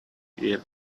here